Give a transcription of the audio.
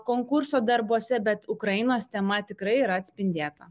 konkurso darbuose bet ukrainos tema tikrai yra atspindėta